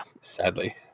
Sadly